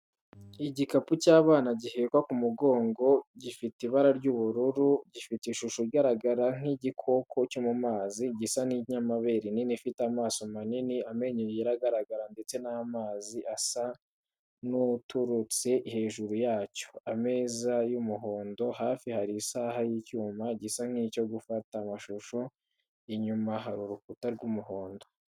Igikapu cy'abana gihekwa ku mugongo gifite ibara ry’ubururu, gifite ishusho igaragara nk’igikoko cyo mu mazi, gisa n’inyamabere nini ifite amaso manini, amenyo yera agaragara ndetse n’amazi asa n’aturutse hejuru yacyo. Ameza y’umuhondo, hafi hari isaha y’icyuma gisa nk’icyo gufata amashusho. Inyuma hari urukuta rw’umuhondo.